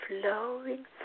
flowing